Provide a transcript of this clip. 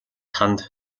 танд